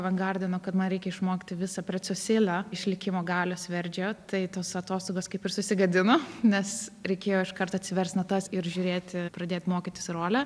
avangardeno kad man reikia išmokti visą precesėlę išlikimo galios verdžio tai tos atostogos kaip ir susigadino nes reikėjo iškart atsiverst natas ir žiūrėti pradėt mokytis rolę